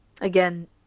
Again